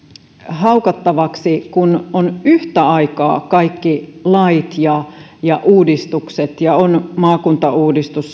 haukattavaksi kun on yhtä aikaa kaikki lait ja ja uudistukset on maakuntauudistus